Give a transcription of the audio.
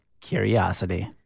Curiosity